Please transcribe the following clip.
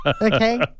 okay